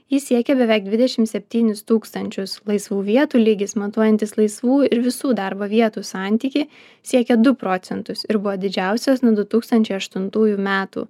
jis siekė beveik dvidešim septynis tūkstančius laisvų vietų lygis montuojantis laisvų ir visų darbo vietų santykį siekia du procentus ir buvo didžiausias nuo du tūkstančiai aštuntųjų metų